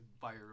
fire